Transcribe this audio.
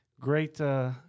great